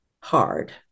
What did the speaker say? hard